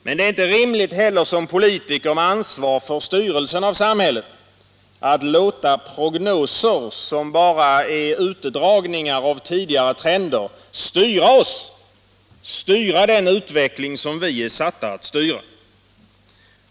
Men det är inte heller rimligt för politiker med ansvar för styrningen av samhället att låta prognoser som bara är ut dragningar av tidigare trender styra oss, styra den utveckling som vi är satta att styra.